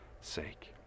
sake